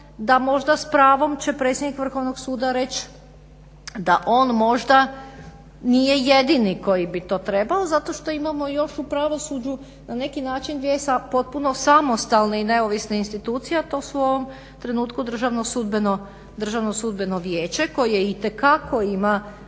da možda s pravom će predsjednik Vrhovnog suda reći da on možda nije jedini koji bi to trebao zato što imamo još u pravosuđu na neki način dvije potpuno samostalne i neovisne institucije, a to su u ovom trenutku Državno sudbeno vijeće koje itekako ima